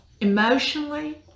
emotionally